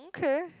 okay